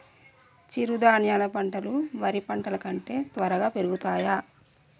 చిరుధాన్యాలు పంటలు వరి పంటలు కంటే త్వరగా పెరుగుతయా?